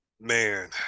Man